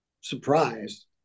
surprised